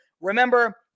remember